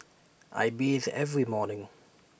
I bathe every morning